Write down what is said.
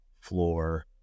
floor